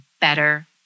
better